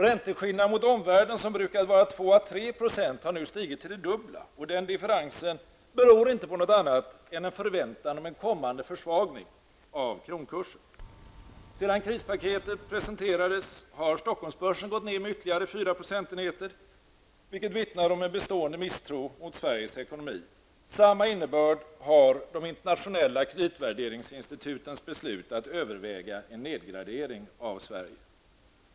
Ränteskillnaden gentemot omvärlden, som brukar vara 2--3 %, har nu stigit till det dubbla. Den differensen beror inte på något annat än en förväntan om en kommande försvagning av kronkursen. Sedan krispaketet presenterades har Stockholmsbörsen gått ned med ytterligare 4 %, vilket vittnar om en bestående misstro mot Sveriges ekonomi. Samma innebörd har de internationella kreditvärderingsinstitutens beslut att överväga en nedgradering av Sverige.